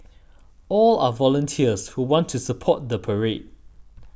all are volunteers who want to support the parade